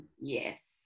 Yes